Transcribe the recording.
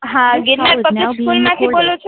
હા ગિરનાર પબ્લિક સ્કૂલમાંથી બોલો છો